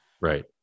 Right